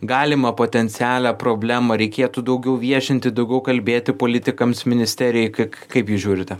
galimą potencialią problemą reikėtų daugiau viešinti daugiau kalbėti politikams ministerijai k kaip jūs žiūrite